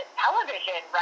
television